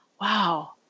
wow